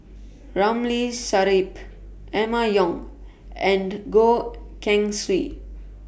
Ramli Sarip Emma Yong and Goh Keng Swee